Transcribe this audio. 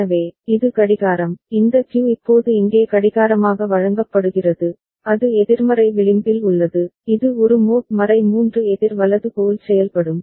எனவே இது கடிகாரம் இந்த Q இப்போது இங்கே கடிகாரமாக வழங்கப்படுகிறது அது எதிர்மறை விளிம்பில் உள்ளது இது ஒரு மோட் 3 எதிர் வலது போல் செயல்படும்